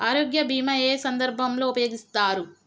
ఆరోగ్య బీమా ఏ ఏ సందర్భంలో ఉపయోగిస్తారు?